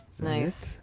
Nice